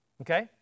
Okay